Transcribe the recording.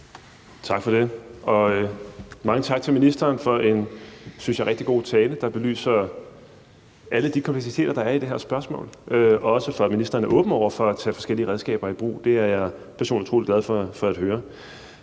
Tak for det. Mange tak til ministeren for en, synes jeg, rigtig god tale, der belyser alle de kompleksiteter, der er i det her spørgsmål. Og også tak for, at ministeren er åben over for at tage forskellige redskaber i brug. Det er jeg personligt utrolig glad for at høre.